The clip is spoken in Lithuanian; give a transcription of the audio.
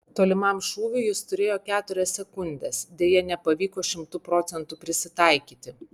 tolimam šūviui jis turėjo keturias sekundes deja nepavyko šimtu procentų prisitaikyti